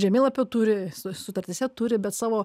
žemėlapį turi su sutartyse turi bet savo